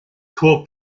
core